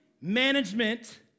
management